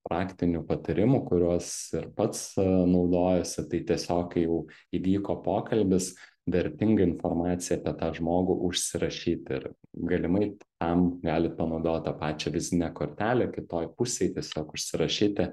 praktinių patarimų kuriuos ir pats naudojuosi tai tiesiog kai jau įvyko pokalbis vertingą informaciją apie tą žmogų užsirašyt ir galimai tam galit panaudot tą pačią vizitinę kortelę kitoj pusėj tiesiog užsirašyti